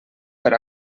per